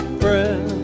friend